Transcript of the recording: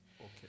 Okay